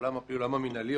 מהעולם המינהלי,